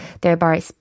thereby